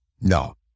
No